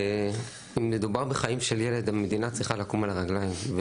אם מדובר בחיים של ילד המדינה צריכה לקום על הרגליים,